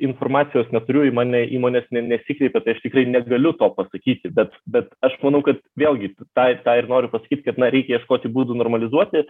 informacijos neturiu į mane įmonės ne nesikreipė tai aš tikrai negaliu to pasakyti bet bet aš manau kad vėlgi tą tą ir noriu pasakyt kad na reikia ieškoti būdų normalizuoti